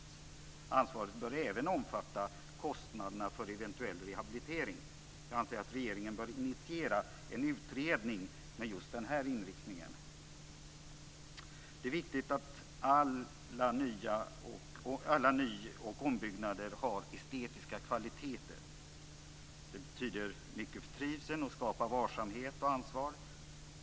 Ansvaret bör även omfatta kostnaderna för eventuell rehabilitering. Jag anser att regeringen bör initiera en utredning med just denna inriktning. Det är viktigt att alla ny och ombyggnader har estetiska kvaliteter. Det betyder mycket för trivseln och skapar varsamhet och ansvar.